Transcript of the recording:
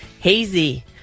hazy